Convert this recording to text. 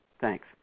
Thanks